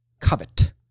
covet